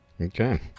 Okay